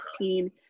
2016